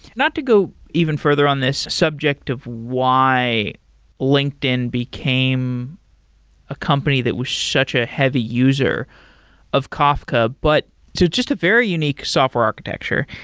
not to go even further on this subject of why linkedin became a company that was such a heavy user of kafka. but so just a very unique software architecture.